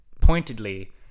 pointedly